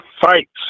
fights